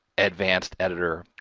advanced editor.